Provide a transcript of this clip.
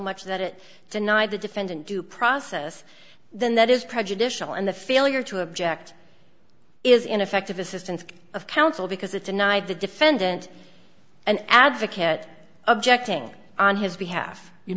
much that it denied the defendant due process then that is prejudicial and the failure to object is ineffective assistance of counsel because it denied the defendant an advocate objecting on his behalf you